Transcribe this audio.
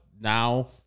now